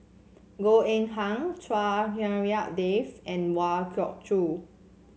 Goh Eng Han Chua Hak Lien Dave and Kwa Geok Choo